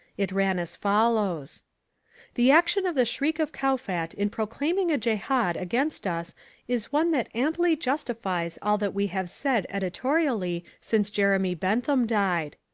it ran as follows the action of the shriek of kowfat in proclaiming a jehad against us is one that amply justifies all that we have said editorially since jeremy bentham died.